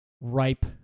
ripe